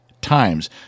times